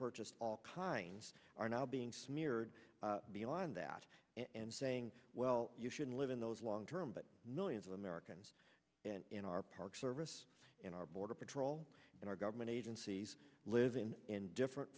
purchased all kinds are now being smeared beyond that and saying well you shouldn't live in those long term but millions of americans and in our parks service in our border patrol and our government agencies living in different